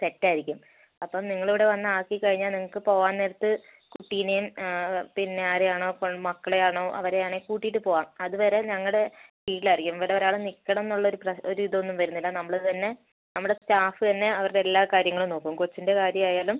set ആയിരിക്കും അപ്പോൾ നിങ്ങൾ ഇവിടെ വന്ന് ആക്കി കഴിഞ്ഞാൽ നിങ്ങൾക്ക് പോവാൻ നേരത്ത് കുട്ടീനേയും പിന്നെ ആരെയാണോ ഇപ്പോൾ മക്കളെയാണോ അവരെയാണേൽ കൂട്ടിയിട്ട് പോവാം അതുവരെ ഞങ്ങളുടെ കീഴിലായിരിക്കും ഇവിടെ ഒരാൾ നിൽക്കണം എന്നുള്ള ഒരു ഇത് ഒന്നും വരുന്നില്ല നമ്മൾ തന്നെ നമ്മുടെ സ്റ്റാഫ് തന്നെ അവരുടെ എല്ലാ കാര്യങ്ങളും നോക്കും കൊച്ചിൻ്റെ കാര്യമായാലും